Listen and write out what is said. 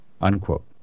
unquote